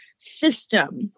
system